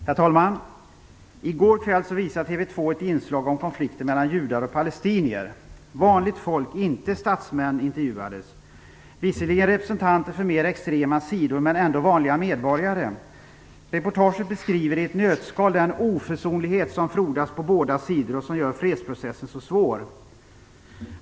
Herr talman! I går kväll visade TV 2 ett inslag om konflikten mellan judar och palestinier. Vanligt folk, inte statsmän, intervjuades, visserligen representanter för mer extrema sidor men ändå vanliga medborgare. Reportaget beskrev i ett nötskal den oförsonlighet som frodas på båda sidor och som gör fredsprocessen så svår.